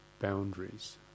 boundaries